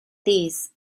these